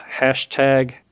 hashtag